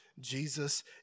Jesus